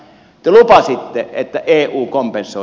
te lupasitte että eu kompensoi